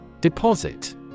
Deposit